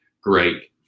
Great